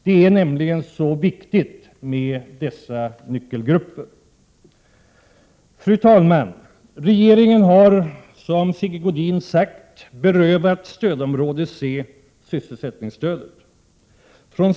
Dessa nyckelgrupper är nämligen mycket viktiga. Fru talman! Regeringen har, som Sigge Godin sade, berövat stödområde C sysselsättningsstödet.